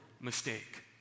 mistake